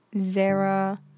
zara